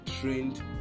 trained